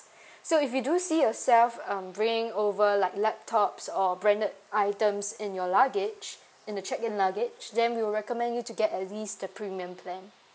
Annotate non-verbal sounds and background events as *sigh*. *breath* so if you do see yourself um bringing over like laptops or branded items in your luggage in the check in luggage then we'll recommend you to get at least the premium plan